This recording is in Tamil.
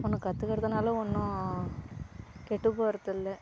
ஒன்று கற்றுக்கறதுனால ஒன்றும் கெட்டுப்போவதில்ல